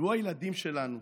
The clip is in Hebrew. והוא הילדים שלנו,